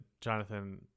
jonathan